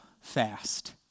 fast